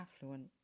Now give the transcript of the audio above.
affluent